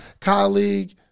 colleague